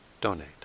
donate